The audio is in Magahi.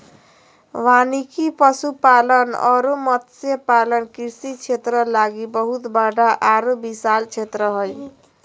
वानिकी, पशुपालन अरो मत्स्य पालन कृषि क्षेत्र लागी बहुत बड़ा आरो विशाल क्षेत्र हइ